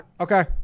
okay